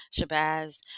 Shabazz